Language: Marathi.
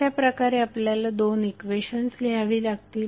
अशाप्रकारे आपल्याला दोन इक्वेशन्स लिहावी लागतील